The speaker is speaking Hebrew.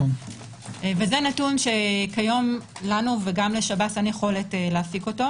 זה נתון שכיום לנו וגם לשב"ס אין יכולת להפיקו.